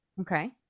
Okay